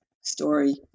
story